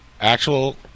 Actual